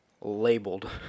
labeled